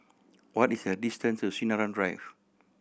what is the distance to Sinaran Drive